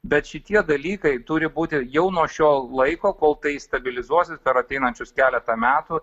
bet šitie dalykai turi būti jau nuo šio laiko kol tai stabilizuosis per ateinančius keletą metų